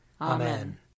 Amen